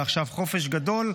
עכשיו חופש גדול,